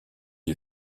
you